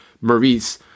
Maurice